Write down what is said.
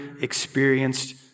experienced